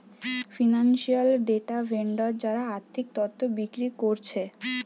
financial data vendor যারা আর্থিক তথ্য বিক্রি কোরছে